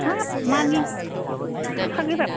हाब मानि एफाग्राब